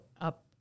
up